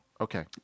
Okay